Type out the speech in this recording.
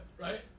right